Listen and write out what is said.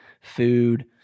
food